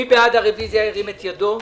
מי בעד הרוויזיה, ירים את ידו,